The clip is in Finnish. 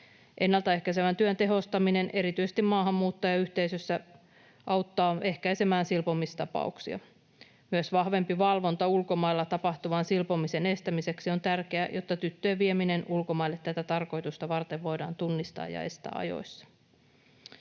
Ennaltaehkäisevän työn tehostaminen erityisesti maahanmuuttajayhteisössä auttaa ehkäisemään silpomistapauksia. Myös vahvempi valvonta ulkomailla tapahtuvan silpomisen estämiseksi on tärkeää, jotta tyttöjen vieminen ulkomaille tätä tarkoitusta varten voidaan tunnistaa ja estää ajoissa.